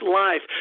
life